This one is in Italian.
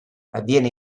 avviene